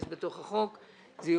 (שירותי פיקדון ואשראי בלא ריבית), התשע"ז-2016.